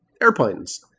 airplanes